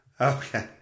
Okay